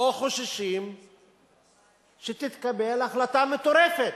או חוששים שתתקבל החלטה מטורפת.